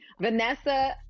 Vanessa